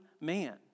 man